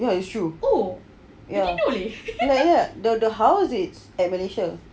ya it's true ya lah the house is at malaysia